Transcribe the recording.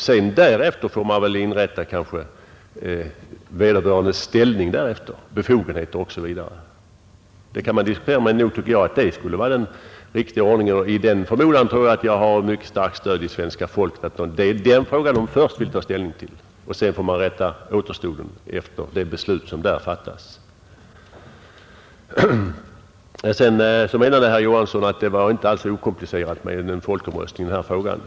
Sedan får man inrätta vederbörandes ställning, befogenheter osv. därefter. Det kan man diskutera, men nog tycker jag att det skulle vara den riktiga ordningen. Och i den förmodan tror jag att jag har mycket starkt stöd i svenska folket, att det är den frågan man först vill ta ställning till och sedan får vi rätta återstoden efter det beslut som där fattas. Sedan menade herr Johansson i Trollhättan att det inte alls var okomplicerat med en folkomröstning i denna fråga.